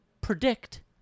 predict